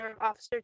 officer